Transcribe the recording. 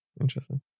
Interesting